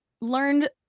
learned